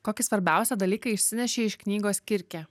kokį svarbiausią dalyką išsinešei iš knygos kirkė